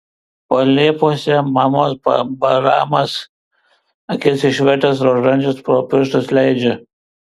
paliepiuose mamos baramas akis išvertęs rožančių pro pirštus leidžiu